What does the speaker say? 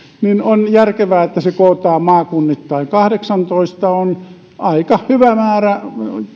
ja on järkevää että se kootaan maakunnittain kahdeksantoista on aika hyvä määrä